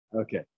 Okay